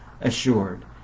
assured